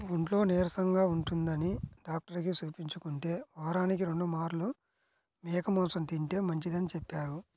ఒంట్లో నీరసంగా ఉంటందని డాక్టరుకి చూపించుకుంటే, వారానికి రెండు మార్లు మేక మాంసం తింటే మంచిదని చెప్పారు